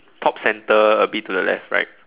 top center a bit to the left right